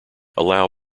allow